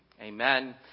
Amen